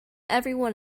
everyone